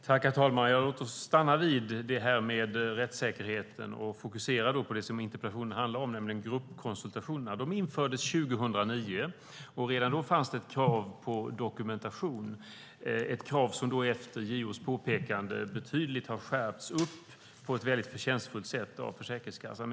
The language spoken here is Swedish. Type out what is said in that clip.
Herr talman! Låt oss stanna vid detta med rättssäkerheten och fokusera på det som interpellationen handlar om, nämligen gruppkonsultationerna. De infördes 2009. Redan då fanns det ett krav på dokumentation, ett krav som efter JO:s påpekande har skärpts betydligt och på ett förtjänstfullt sätt av Försäkringskassan.